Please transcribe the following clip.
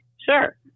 Sure